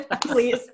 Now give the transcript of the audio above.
please